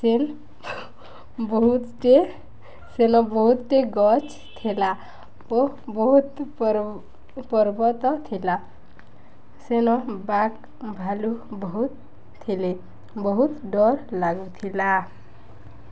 ସେନ୍ ବହୁତଟେ ସେନ ବହୁତଟେ ଗଛ୍ ଥିଲା ବହୁତ ପର୍ବତ ଥିଲା ସେନ ବାଗ୍ ଭାଲୁ ବହୁତ ଥିଲେ ବହୁତ ଡର୍ ଲାଗୁଥିଲା